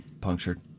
punctured